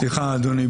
סליחה, אדוני.